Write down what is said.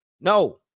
no